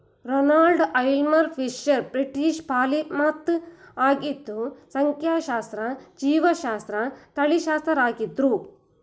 Ronald Aylmer Fisher British polymath ಆಗಿದ್ದು ಸಂಖ್ಯಾಶಾಸ್ತ್ರಜ್ಞ ಜೀವಶಾಸ್ತ್ರಜ್ಞ ತಳಿಶಾಸ್ತ್ರಜ್ಞರಾಗಿದ್ರು